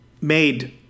made